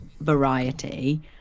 variety